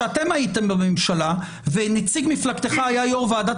כשאתם הייתם בממשלה ונציג מפלגתך היה יו"ר ועדת